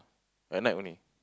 at night only